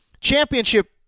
championship